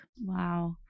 Wow